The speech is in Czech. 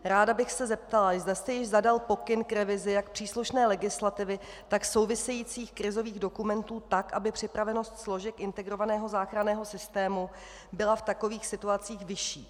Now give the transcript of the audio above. Ráda bych se zeptala, zda jste již zadal pokyn k revizi jak příslušné legislativy, tak souvisejících krizových dokumentů tak, aby připravenost složek integrovaného záchranného systému byla v takových situacích vyšší.